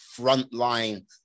frontline